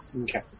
Okay